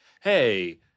hey